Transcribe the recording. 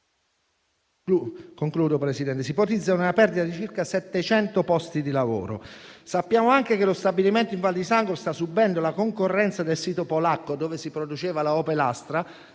ad assumerli; si ipotizza una perdita di circa 700 posti di lavoro. Sappiamo anche che lo stabilimento in Val di Sangro sta subendo la concorrenza del sito polacco di Gliwice dove si produceva l'Opel Astra,